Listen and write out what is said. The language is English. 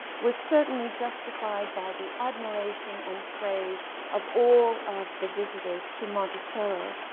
was certainly justified by the admiration and praise of all of the visitors to monticello.